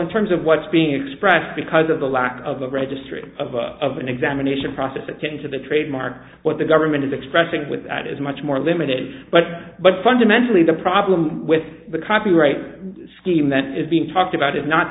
in terms of what's being expressed because of the lack of a registry of an examination process but getting to the trademark what the government is expressing with that is much more limited but but fundamentally the problem with the copyright scheme that is being talked about is not